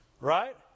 Right